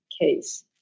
case